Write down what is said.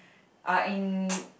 are in